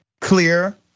clear